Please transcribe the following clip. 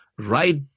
Right